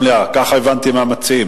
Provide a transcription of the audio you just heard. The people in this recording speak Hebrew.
וגם על עובדי קבלן שהם מורים,